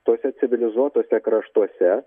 tuose civilizuotuose kraštuose